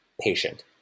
patient